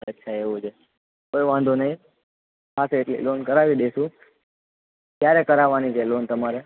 અચ્છા એવું છે કોઈ વાંધો નહીં થશે એટલી લોન કરાવી દઈશું ક્યારે કરાવવાની છે લોન તમારે